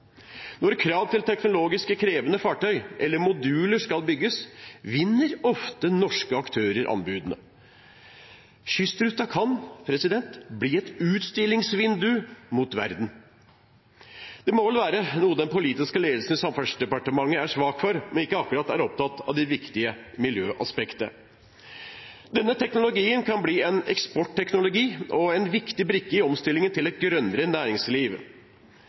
Når krav til teknologisk krevende fartøy – eller moduler – skal bygges, vinner ofte norske aktører anbudene. Kystruta kan bli et utstillingsvindu mot verden. Det må vel være noe den politiske ledelse i Samferdselsdepartementet er svak for, om man ikke akkurat er opptatt av det viktige miljøaspektet. Denne teknologien kan bli en eksportteknologi og en viktig brikke i omstillingen til et grønnere næringsliv.